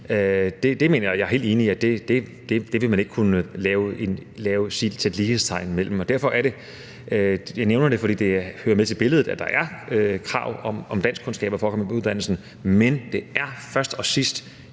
Det er jeg helt enig i; det vil man ikke kunne sætte lighedstegn imellem. Derfor nævner jeg det, for det hører med til billedet, at der er krav om danskkundskaber for at komme ind på uddannelsen, men det er først og sidst